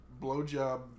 blowjob